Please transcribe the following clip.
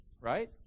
right